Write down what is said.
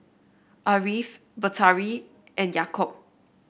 Ariff Batari and Yaakob